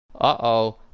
Uh-oh